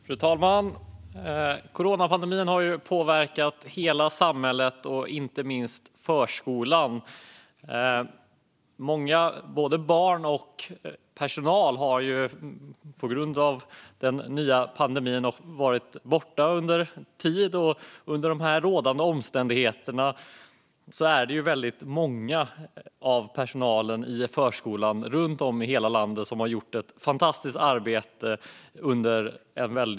Fru talman! Coronapandemin har påverkat hela samhället, inte minst förskolan. Många barn och personal har på grund av den nya pandemin under en tid varit borta. Under rådande omständigheter och under en tuff tid har många i personalen i förskolan runt om i hela landet gjort ett fantastiskt arbete.